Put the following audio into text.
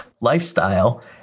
lifestyle